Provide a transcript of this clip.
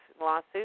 lawsuit